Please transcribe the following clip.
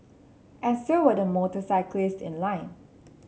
and so were the motorcyclists in line